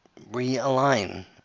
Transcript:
realign